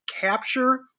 capture